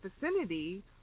vicinity